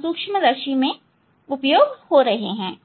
सूक्ष्मदर्शी में उपयोग हो रहा है